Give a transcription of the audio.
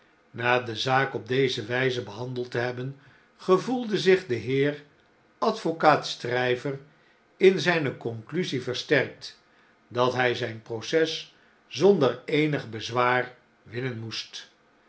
na de zaak op deze wjjze behandeld te hebben gevoelde zich de heer advocaat stryver in zijne conclusie versterkt dat hy zyn proces zonder eenig bezwaar winnen moest